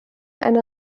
eine